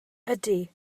ydy